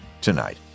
tonight